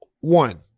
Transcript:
One